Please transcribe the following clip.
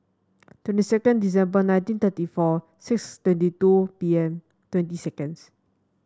twenty second December nineteen thirty four six twenty two P M twenty seconds